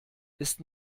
ist